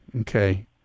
Okay